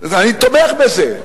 אני תומך בזה.